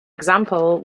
example